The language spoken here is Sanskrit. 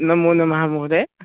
नमो नमः महोदय